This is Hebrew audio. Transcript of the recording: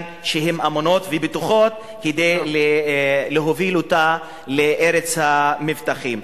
אמונות ובטוחות כדי להוביל אותה לארץ מבטחים.